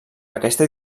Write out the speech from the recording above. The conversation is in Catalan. aquesta